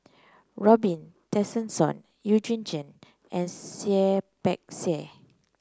Robin Tessensohn Eugene Chen and Seah Peck Seah